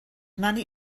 many